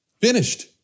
finished